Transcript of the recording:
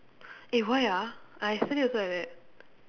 eh why ah I yesterday also like that